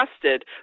trusted